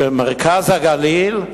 של מרכז הגליל,